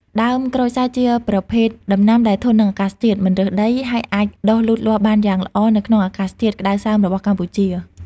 ដើមក្រូចសើចជាប្រភេទដំណាំដែលធន់នឹងអាកាសធាតុ មិនរើសដី ហើយអាចដុះលូតលាស់បានយ៉ាងល្អនៅក្នុងអាកាសធាតុក្តៅសើមរបស់កម្ពុជា។